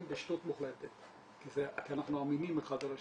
בשטות מוחלטת כי אנחנו אמינים אחד על השני,